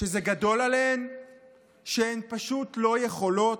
שזה גדול עליהן, שהן פשוט לא יכולות?